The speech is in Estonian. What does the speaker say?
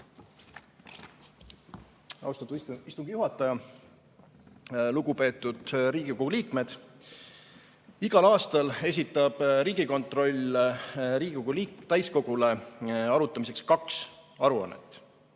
Austatud istungi juhataja! Lugupeetud Riigikogu liikmed! Igal aastal esitab Riigikontroll Riigikogu täiskogule arutamiseks kaks aruannet.